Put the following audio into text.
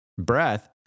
breath